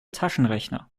taschenrechner